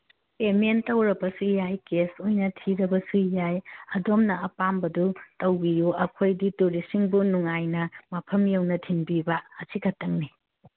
payment ꯇꯧꯔꯕꯁꯨ ꯌꯥꯏ cash ꯑꯣꯏꯅ ꯊꯤꯔꯕꯁꯨ ꯌꯥꯏ ꯑꯗꯣꯝ ꯑꯄꯥꯝꯕꯗꯨ ꯇꯧꯕꯤꯌꯨ ꯑꯩꯈꯣꯏꯗꯤ ꯇꯨꯔꯤꯁꯁꯤꯡꯕꯨ ꯅꯨꯡꯉꯥꯏꯅ ꯃꯐꯝ ꯌꯧꯅ ꯊꯤꯟꯕꯤꯕ ꯑꯁꯤꯈꯛꯇꯪꯅꯤ